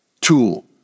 tool